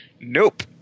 Nope